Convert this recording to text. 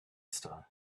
star